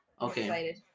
Okay